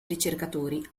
ricercatori